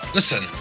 Listen